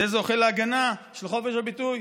זה זוכה להגנה של חופש הביטוי.